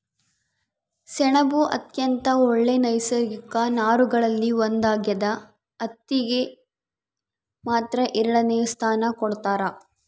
ಸೆಣಬು ಅತ್ಯಂತ ಒಳ್ಳೆ ನೈಸರ್ಗಿಕ ನಾರುಗಳಲ್ಲಿ ಒಂದಾಗ್ಯದ ಹತ್ತಿಗೆ ಮಾತ್ರ ಎರಡನೆ ಸ್ಥಾನ ಕೊಡ್ತಾರ